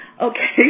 okay